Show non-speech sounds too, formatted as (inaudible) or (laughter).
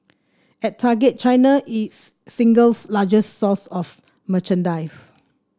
at Target China is single (unintelligible) largest source of merchandise